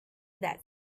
that